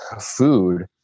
food